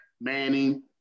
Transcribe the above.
Manning